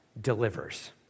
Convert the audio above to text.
delivers